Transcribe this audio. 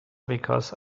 because